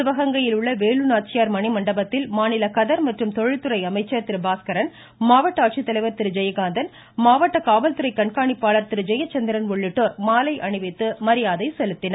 சிவகங்கையில் உள்ள வேலு நாச்சியார் மணிமண்டபத்தில் மாநில கதர் மற்றும் தொழில்துறை அமைச்சர் திரு பாஸ்கரன் மாவட்ட ஆட்சித்தலைவர் திரு ஜெயகாந்தன் மாவட்ட காவல்துறை கண்காணிப்பாளர் திரு ஜெயசந்திரன் உள்ளிட்டோர் மாலை அணிவித்து மரியாதை செலுத்தினர்